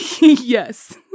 Yes